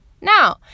Now